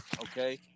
Okay